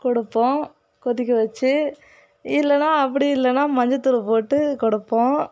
கொடுப்போம் கொதிக்க வச்சு இல்லைனா அப்படி இல்லைனா மஞ்சள்தூள் போட்டு கொடுப்போம்